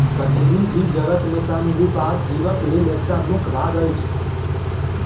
कठिनी जीवजगत में संधिपाद जीवक लेल एकटा मुख्य भाग अछि